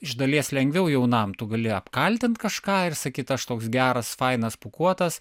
iš dalies lengviau jaunam tu gali apkaltint kažką ir sakyt aš toks geras fainas pūkuotas